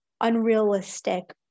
unrealistic